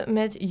met